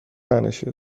تنشه